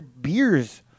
beers